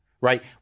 Right